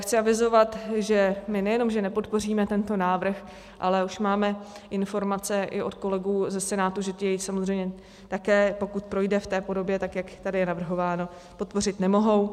chci avizovat, že my nejenom že nepodpoříme tento návrh, ale už máme informace i od kolegů ze Senátu, že ti jej samozřejmě také, pokud projde v té podobě, jak je tady navrhováno, podpořit nemohou.